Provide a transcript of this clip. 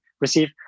receive